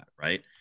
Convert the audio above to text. right